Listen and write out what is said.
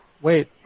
Wait